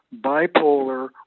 bipolar